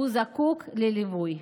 הוא זקוק לליווי.